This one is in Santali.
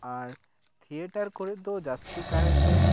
ᱟᱨ ᱛᱷᱤᱭᱮᱴᱟᱨ ᱠᱚᱨᱮᱜ ᱫᱚ ᱡᱟᱹᱥᱛᱤ ᱠᱟᱭ ᱛᱮ